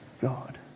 God